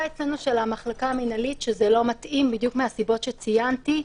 אצלנו של המחלקה המינהלית היא שזה לא מתאים בדיוק מהסיבות שציינתי,